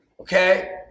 Okay